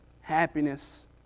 happiness